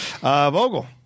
Vogel